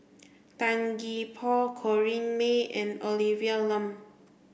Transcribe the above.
Tan Gee Paw Corrinne May and Olivia Lum